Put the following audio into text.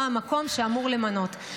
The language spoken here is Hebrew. או המקום שאמור למנות.